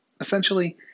Essentially